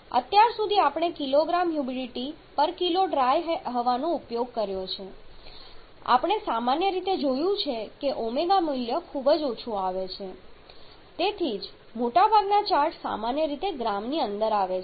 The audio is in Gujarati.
અત્યાર સુધી આપણે કિગ્રા હ્યુમિડિટીકિલો ડ્રાય હવાનો ઉપયોગ કર્યો છે આપણે સામાન્ય રીતે જોયું છે કે ω મૂલ્ય ખૂબ ઓછું આવે છે તેથી જ મોટાભાગના ચાર્ટ સામાન્ય રીતે ગ્રામની અંદર આવે છે